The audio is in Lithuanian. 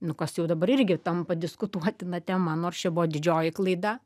nu kas jau dabar irgi tampa diskutuotina tema nors čia buvo didžioji klaida